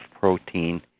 protein